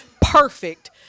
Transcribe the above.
perfect